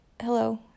hello